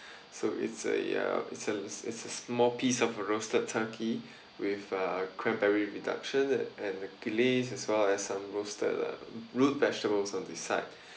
so it's a ya it's a it's a small piece of roasted turkey with uh cranberry reduction and an as well as some roasted uh root vegetables on the side